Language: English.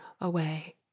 away